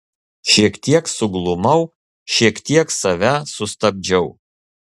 šiek tiek suglumau šiek tiek save sustabdžiau